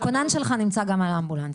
הכונן שלך נמצא גם על אמבולנס.